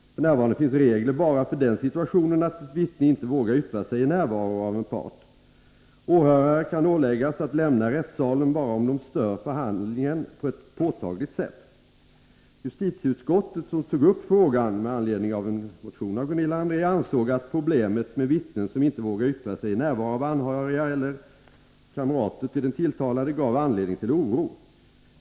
F.n. finns regler bara för den situationen att ett vittne inte vågar yttra sig i närvaro av en part. Åhörare kan åläggas att lämna rättssalen bara om de stör förhandlingen på ett påtagligt sätt. Justitieutskottet, som tog upp frågan med anledning av en motion av Gunilla André, ansåg att problemet med vittnen som inte vågar yttra sig i närvaro av anhöriga eller kamrater till den tilltalade gav anledning till oro.